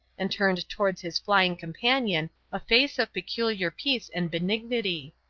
and turned towards his flying companion a face of peculiar peace and benignity.